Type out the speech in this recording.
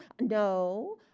No